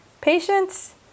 patience